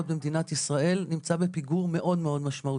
במדינת ישראל נמצא בפיגור מאוד מאוד משמעותי.